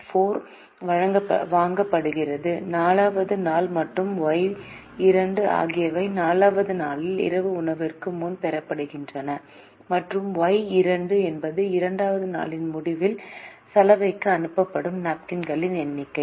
X4 வாங்கப்படுகிறது 4 வது நாள் மற்றும் ஒய் 2 ஆகியவை 4 வது நாளில் இரவு உணவிற்கு முன் பெறப்படுகின்றன மற்றும் ஒய் 2 என்பது இரண்டாவது நாளின் முடிவில் சலவைக்கு அனுப்பப்படும் நாப்கின்களின் எண்ணிக்கை